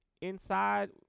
inside